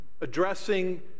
addressing